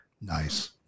Nice